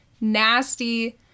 nasty